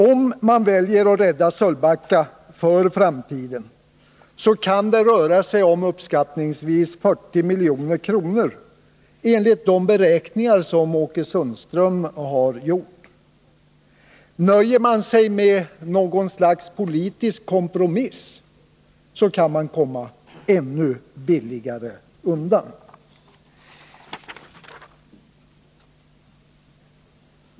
Om man väljer att rädda Sölvbacka för framtiden, så kan det röra sig om uppskattningsvis 40 milj.kr. enligt de beräkningar som Åke Sundström har gjort. Nöjer man sig med något slags politisk kompromiss, så kan man komma ännu billigare undan.